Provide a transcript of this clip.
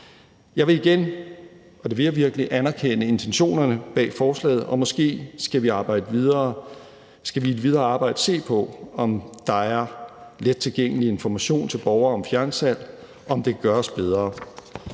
jeg virkelig – anerkende intentionerne bag forslaget, og måske skal vi i det videre arbejde se på, om der er let tilgængelig information til borgere om fjernsalg, og om det kan gøres bedre.